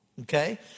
okay